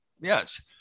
Yes